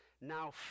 now